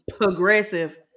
progressive